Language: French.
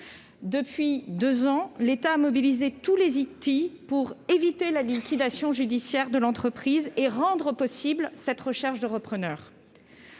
Depuis deux ans, l'État a mobilisé tous les outils pour éviter la liquidation judiciaire de l'entreprise et rendre possible cette recherche de repreneur.